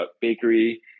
bakery